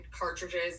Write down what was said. cartridges